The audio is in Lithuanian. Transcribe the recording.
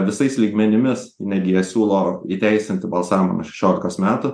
visais lygmenimis inai gi jie siūlo įteisinti balsavimą nuo šešiolikos metų